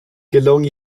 gelungen